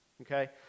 okay